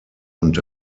und